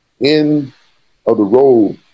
end-of-the-road